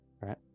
right